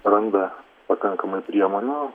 randa pakankamai priemonių